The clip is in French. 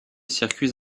circuits